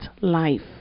life